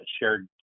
shared